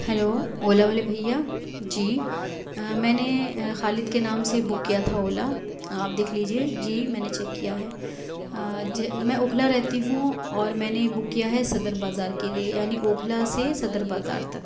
hello Ola والے بھیا جی میں نے خالد کے نام سے بک کیا تھا اولا آپ دیکھ لیجیے جی میں نے چیک کیا ہے میں اوکھلا رہتی ہوں اور میں نے بک کیا ہے صدر بازار کے لیے یعنی اوکھلا سے صدر بازار تک